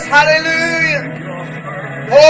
Hallelujah